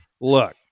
look